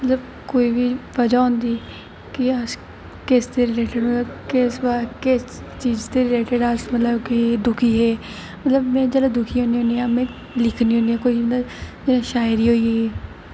मतलब कोई बी बजह् होंदी कि अस किस दे रिलेटिड किस चीज दे रिलेटिड अस मतलब कि दुखी हे मतलब जेल्लै दुखी होनी होनी आं में लिखनी होनी आं कोई इ'यां शायरी होई गेई